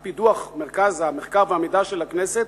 על-פי דוח מרכז המחקר והמידע של הכנסת,